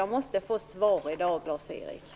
Jag måste svar av Lars-Erik Lövdén.